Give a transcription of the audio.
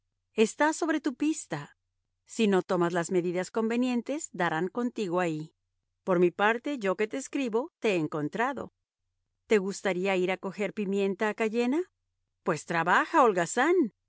está sobre tu pista si no tomas las medidas convenientes darán contigo ahí por mi parte yo que te escribo te he encontrado te gustaría ir a coger pimienta a cayena pues trabaja holgazán